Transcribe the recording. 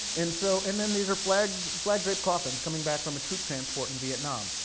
and so, and then these are flags, flag draped coffins coming back from a troop transport in vietnam.